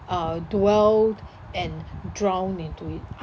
uh dwell and drown into it